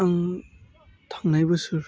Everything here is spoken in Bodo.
आं थांनाय बोसोर